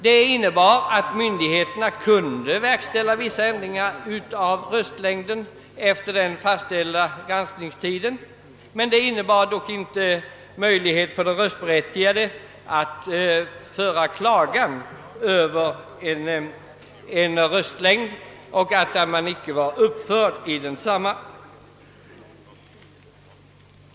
Det innebar att myndigheterna kunde verkställa vissa ändringar i röstlängden efter den fastställda granskningstiden, men det innebar icke någon möjlighet för den som inte uppförts i röstlängd att klaga.